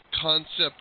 concept